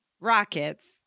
Rockets